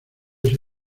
eso